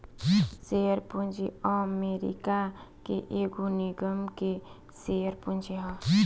share पूंजी America के एगो निगम के शेयर पूंजी ह